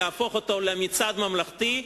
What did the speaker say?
להפוך אותו למצעד ממלכתי.